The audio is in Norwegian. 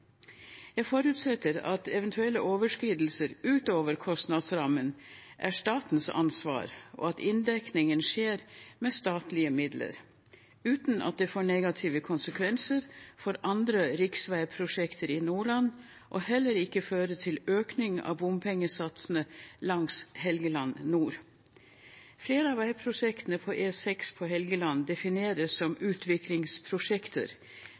Jeg forutsetter at eventuelle overskridelser utover kostnadsrammen er statens ansvar, og at inndekningen skjer med statlige midler – uten at det får negative konsekvenser for andre riksveiprosjekter i Nordland og heller ikke fører til økning av bompengesatsene langs Helgeland nord. Flere av veiprosjektene på E6 på Helgeland defineres som